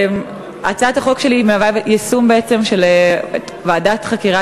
הצעת החוק שלי היא בעצם יישום של המלצת ועדת חקירה